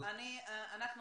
טוב, אנחנו